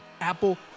Apple